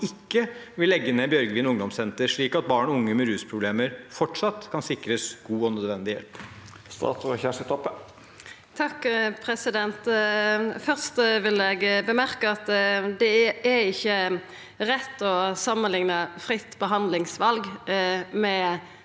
ikke vil legge ned Bjørgvin ungdomssenter, slik at barn og unge med rusproblemer fortsatt kan sikres god og nødvendig hjelp? Statsråd Kjersti Toppe Først vil eg seia at det ikkje er rett å samanlikna fritt behandlingsval med